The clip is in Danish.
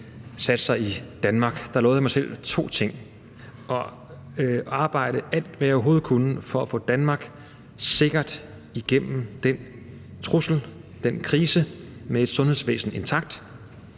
satte sig i Danmark, lovede jeg mig selv to ting: at arbejde alt, hvad jeg overhovedet kunne for at få Danmark sikkert igennem den trussel, den krise, med et sundhedsvæsen intakt,